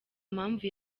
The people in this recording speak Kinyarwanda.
mpamvu